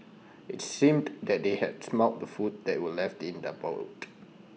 IT seemed that they had smelt the food that were left in the boot